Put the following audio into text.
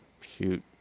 Shoot